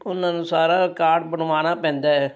ਉਹਨਾਂ ਨੂੰ ਸਾਰਾ ਕਾਰਡ ਬਣਵਾਉਣਾ ਪੈਂਦਾ ਹੈ